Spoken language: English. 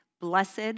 blessed